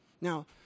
Now